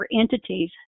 entities